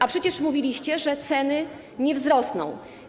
A przecież mówiliście, że ceny nie wzrosną.